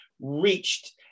reached